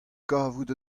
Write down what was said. kavout